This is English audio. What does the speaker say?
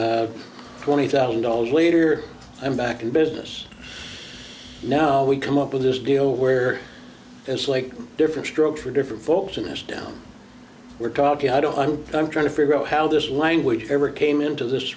in twenty thousand dollars later i'm back in business now we come up with this deal where it's like different strokes for different folks in this town we're talking i don't know i'm trying to figure out how this language ever came into this